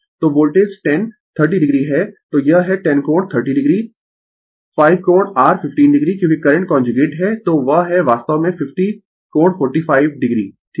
तो voltage 10 30 o है तो यह है 10 कोण 30 o 5 कोण R15 o क्योंकि करंट कांजुगेट तो वह है वास्तव में 50 कोण 45 o ठीक है